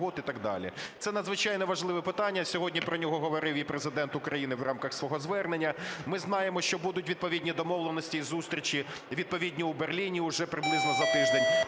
Це надзвичайно важливе питання, сьогодні про нього говорив і Президент України в рамках свого звернення. Ми знаємо, що будуть відповідні домовленості і зустрічі відповідні у Берліні уже приблизно за тиждень.